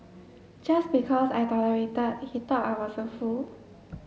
just because I tolerated he thought I was a fool